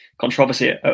Controversy